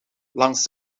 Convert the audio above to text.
langs